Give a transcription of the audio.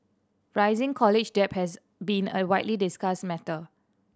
rising college debt has been a widely discussed matter